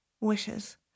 wishes